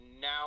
now